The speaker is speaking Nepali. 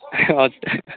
हजुर